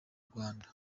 rwanda